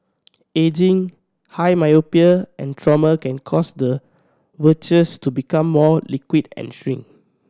ageing high myopia and trauma can cause the vitreous to become more liquid and shrink